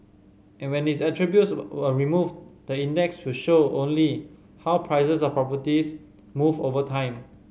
and when these attributes were removed the index will show only how prices of properties move over time